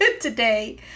Today